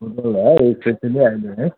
football हो specially अहिले है